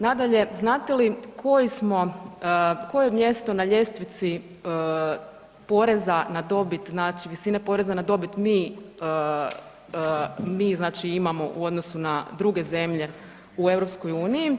Nadalje, znate li koji smo, koje mjesto na ljestvici poreza na dobit, znači visine poreza na dobit, mi znači imamo u odnosu na druge zemlje u EU?